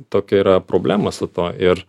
tokia yra problema su tuo ir